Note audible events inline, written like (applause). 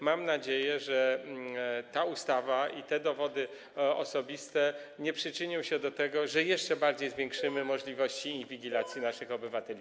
Mam nadzieję, że ta ustawa i te dowody osobiste nie przyczynią się do tego, że jeszcze bardziej zwiększymy (noise) możliwości inwigilacji naszych obywateli.